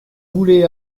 voulez